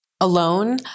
alone